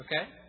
okay